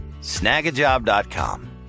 Snagajob.com